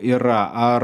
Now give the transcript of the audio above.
yra ar